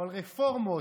אבל ברפורמות,